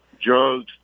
Drugs